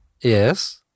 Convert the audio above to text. Yes